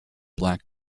black